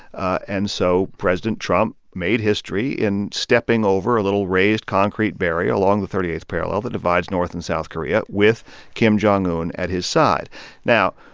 ah and so president trump made history in stepping over a little raised concrete barrier along the thirtieth parallel that divides north and south korea with kim jong un at his side now,